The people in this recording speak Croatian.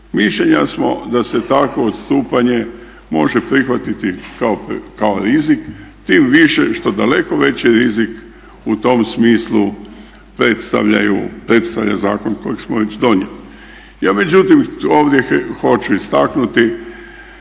mišljenja smo da se takvo odstupanje može prihvatiti kao rizik tim više što daleko veći rizik u tom smislu predstavljaju, predstavlja zakon kojeg smo već donijeli. Ja međutim ovdje hoću istaknuti